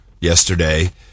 yesterday